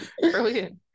brilliant